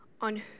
on